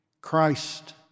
Christ